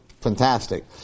fantastic